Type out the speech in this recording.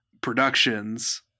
productions